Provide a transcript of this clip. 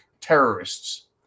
terrorists